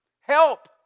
Help